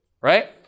Right